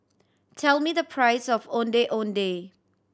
tell me the price of Ondeh Ondeh